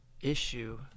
issue